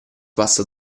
passa